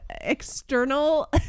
external